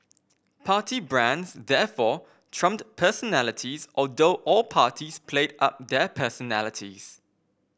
party brands therefore trumped personalities although all parties played up their personalities